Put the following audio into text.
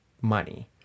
money